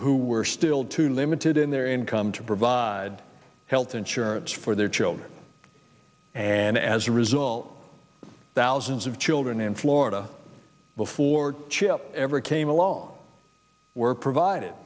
who were still too limited in their income to provide health insurance for their children and as a result thousands of children in florida before chip ever came along were provide